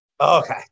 Okay